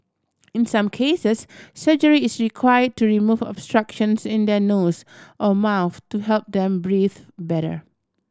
in some cases surgery is required to remove obstructions in their nose or mouth to help them breathe better